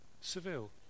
Seville